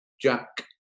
Jack